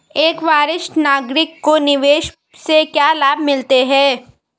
एक वरिष्ठ नागरिक को निवेश से क्या लाभ मिलते हैं?